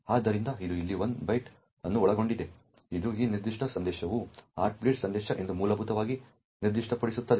ಆದ್ದರಿಂದ ಇದು ಇಲ್ಲಿ 1 ಬೈಟ್ ಅನ್ನು ಒಳಗೊಂಡಿದೆ ಇದು ಈ ನಿರ್ದಿಷ್ಟ ಸಂದೇಶವು ಹಾರ್ಟ್ ಬೀಟ್ ಸಂದೇಶ ಎಂದು ಮೂಲಭೂತವಾಗಿ ನಿರ್ದಿಷ್ಟಪಡಿಸುತ್ತದೆ